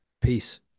Peace